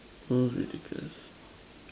who's ridiculous